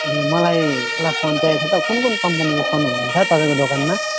ए मलाई एउटा फोन चाहिएको थियो त कुन कुन कम्पनीको फोन हुनुहुन्छ तपाईँको दोकानमा